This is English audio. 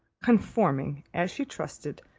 conforming, as she trusted,